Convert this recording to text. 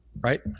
right